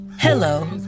Hello